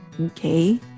okay